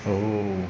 oh